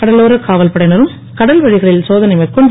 கடலோரக் காவல்படையினரும் கடல் வழிகளில் சோதனை மேற்கொண்டு